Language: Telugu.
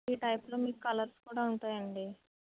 ఈ టైప్లో మీకు కలర్స్ కూడా ఉంటాయండి